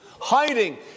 Hiding